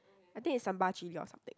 I think it's sambal chilli or something